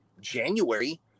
January